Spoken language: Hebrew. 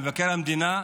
של מבקר המדינה,